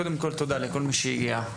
קודם כל תודה לכל מי שהגיע.